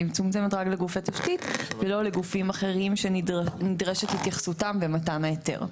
מצומצמת רק לגופי תשתית ולא לגופים אחרים שנדרשת התייחסותם במתן ההיתר.